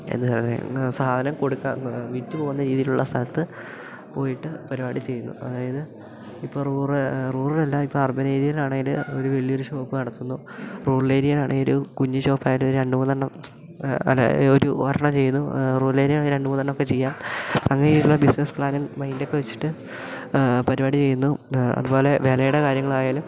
സാധനം കൊടുക്കുക വിറ്റ് പോകുന്ന രീതിയിലുള്ള സ്ഥലത്ത് പോയിട്ട് പരിപാടി ചെയ്യുന്നു അതായത് ഇപ്പം റൂറ റൂറലല്ല ഇപ്പം അർബൻ ഏരിയയിലാണേൽ ഒരു വലിയൊരു ഷോപ്പ് നടത്തുന്നു റൂറൽ ഏരിയ ആണേൽ കുഞ്ഞ് ഷോപ്പായിട്ട് ഒരു രണ്ട് മൂന്നെണ്ണം അല്ല ഒരു ഒരെണ്ണം ചെയ്തു റൂറൽ ഏരിയയാണെങ്കിൽ രണ്ട് മൂന്നെണ്ണമൊക്കെ ചെയ്യാം അങ്ങനെയുള്ള ബിസിനസ്സ് പ്ലാനും മൈൻഡൊക്കെ വെച്ചിട്ട് പരിപാടി ചെയ്യുന്നു അതു പോലെ വിലയുടെ കാര്യങ്ങളായാലും